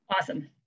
Awesome